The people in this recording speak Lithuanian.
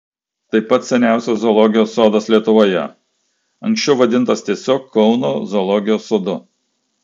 tai pats seniausias zoologijos sodas lietuvoje anksčiau vadintas tiesiog kauno zoologijos sodu